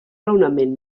raonament